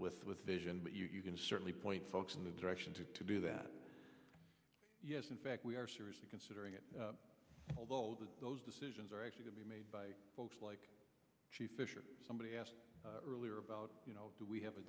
with with vision but you can certainly point folks in the direction to to do that yes in fact we are seriously considering it although that those decisions are actually to be made by folks like chief issue somebody asked earlier about you know do we have a